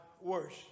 worse